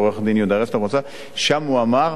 וכן בג"ץ